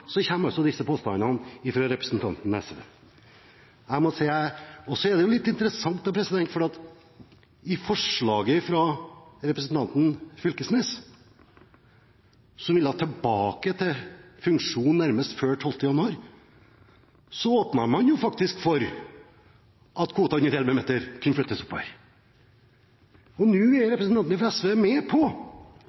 disse påstandene fra representanten fra SV. Så er det litt interessant, for i forslaget fra representanten Knag Fylkesnes vil han nærmest tilbake til funksjonen før 12. januar. Så åpnet man faktisk for at kvotene fra 11 meter kunne flyttes oppover. Nå er representanten fra SV med på